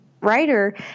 writer